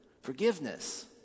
forgiveness